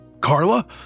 Carla